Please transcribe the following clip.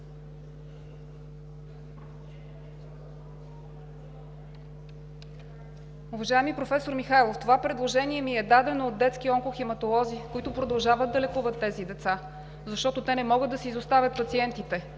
Уважаеми професор Михайлов, това предложение ми е дадено от детски онкохематолози, които продължават да лекуват тези деца, защото те не могат да си изоставят пациентите,